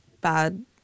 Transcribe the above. bad